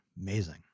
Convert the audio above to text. Amazing